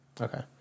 Okay